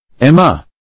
Emma